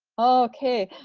okay.